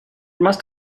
must